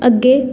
ਅੱਗੇ